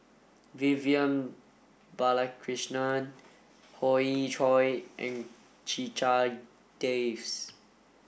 Vivian Balakrishnan Hoey Choo and Checha Davies